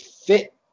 fit